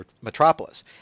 Metropolis